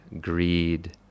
greed